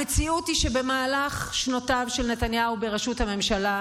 המציאות היא שבמהלך שנותיו של נתניהו בראשות הממשלה,